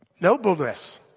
nobleness